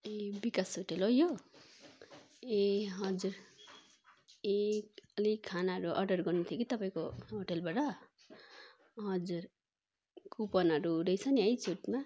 ए Vikas hotel हो यो ए हजुर ए अलिक खानाहरू अर्डर गर्नु थियो कि तपाईँको होटेलबाट हजुर कुपनहरू रहेछ नि है छुटमा